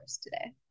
today